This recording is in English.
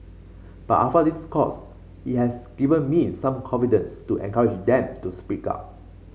but after this course it has given me some confidence to encourage them to speak up